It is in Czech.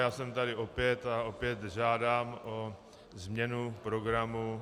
Já jsem tady opět a opět žádám o změnu programu.